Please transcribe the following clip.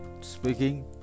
speaking